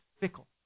fickle